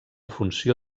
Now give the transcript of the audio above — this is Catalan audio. funció